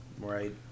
Right